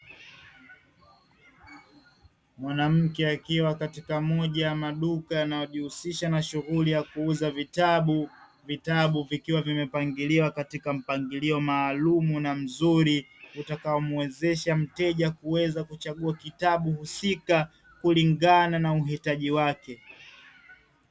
Mwanamke akiwa katika moja ya maduka yanayojihusisha na shughuli ya kuuza vitabu. Vitabu vikiwa vimepangiliwa katika mpangilio maalumu na mzuri utakao muwezesha mteja kuweza kuchagua kitabu husika kulingana na uhitaji wake.